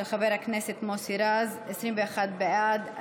של חבר הכנסת מוסי רז: 21 בעד,